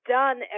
done